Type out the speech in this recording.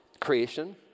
creation